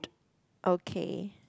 okay